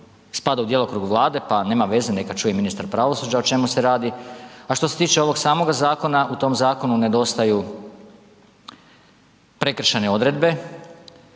spada u djelokrug Vlade, pa nema veze neka čuje i ministar pravosuđa o čemu se radi. A što se tiče ovog samog zakona u tom zakonu nedostaju prekršaje odredbe